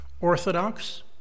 orthodox